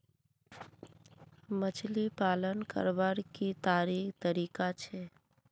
मछली पालन करवार की तरीका छे?